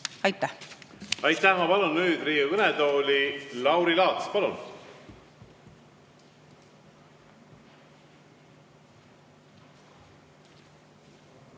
Aitäh!